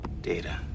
Data